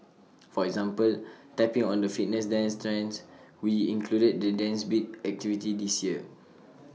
for example tapping on the fitness dance trends we included the dance beat activity this year